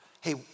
Hey